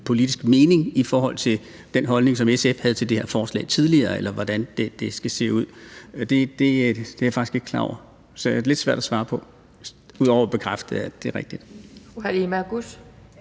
skiftet mening i forhold til den holdning, som SF havde til det her forslag tidligere, eller hvordan det skal se ud. Det er jeg faktisk ikke klar over. Så det er svært for mig at svare på – ud over at jeg kan bekræfte, at det er rigtigt.